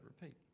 repeat